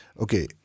okay